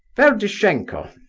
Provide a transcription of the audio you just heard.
ferdishenko,